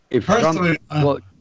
Personally